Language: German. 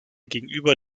gegenüber